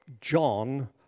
John